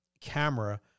camera